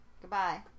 Goodbye